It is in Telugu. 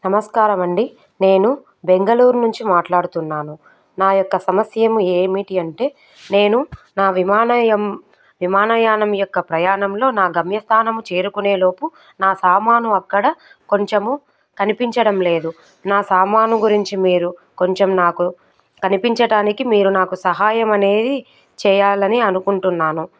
నమస్కారము అండి నేను బెంగళూరు నుంచి మాట్లాడుతున్నాను నా యొక్క సమస్య ఏమిటి అంటే నేను నా విమానయానం విమానయానం యొక్క ప్రయాణంలో నా గమ్యస్థానం చేరుకునేలోపు నా సామాను అక్కడ కొంచెం కనిపించడం లేదు నా సామాను గురించి మీరు కొంచెం నాకు కనిపించటానికి మీరు నాకు సహాయం అనేది చేయాలని అనుకుంటున్నాను